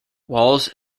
walls